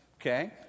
okay